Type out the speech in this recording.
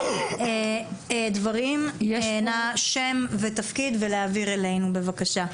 דברים נא שם ותפקיד ולהעביר אלינו בבקשה.